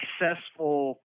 successful